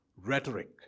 rhetoric